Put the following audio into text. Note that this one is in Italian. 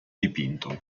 dipinto